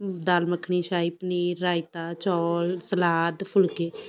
ਦਾਲ ਮੱਖਣੀ ਸ਼ਾਹੀ ਪਨੀਰ ਰਾਇਤਾ ਚੌਲ ਸਲਾਦ ਫੁਲਕੇ